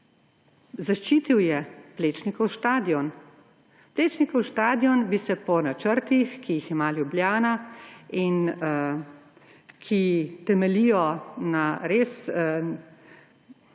Zaščitil je Plečnikov stadion. Plečnikov stadion bi se po načrtih, ki jih ima Ljubljana in ki temeljijo na res